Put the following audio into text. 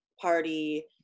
party